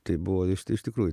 tai buvo iš tikrųjų